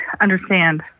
understand